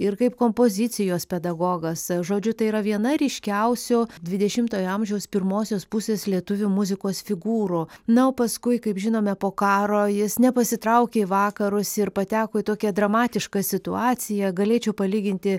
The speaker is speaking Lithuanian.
ir kaip kompozicijos pedagogas žodžiu tai yra viena ryškiausių dvidešimtojo amžiaus pirmosios pusės lietuvių muzikos figūrų na o paskui kaip žinome po karo jis nepasitraukė į vakarus ir pateko į tokią dramatišką situaciją galėčiau palyginti